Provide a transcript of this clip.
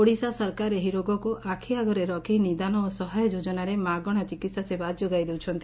ଓଡ଼ିଶା ସରକାର ଏହି ରୋଗକୁ ଆଖ ଆଗରେ ରଖ ନିଦାନ ଓ ସହାୟ ଯୋଜନାରେ ମାଗଶା ଚିକିହା ସେବା ଯୋଗାଇ ଦେଉଛନ୍ତି